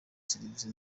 servisi